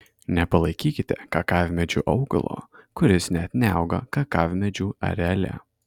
nepalaikykite kakavmedžiu augalo kuris net neauga kakavmedžių areale